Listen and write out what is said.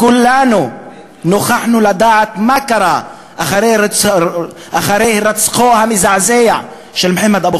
כולנו נוכחנו לדעת מה קרה אחרי הירצחו המזעזע של מוחמד אבו